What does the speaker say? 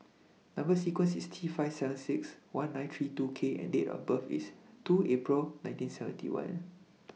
Number sequence IS T five seven six one nine three two K and Date of birth IS two April one thousand nine hundred and seventy one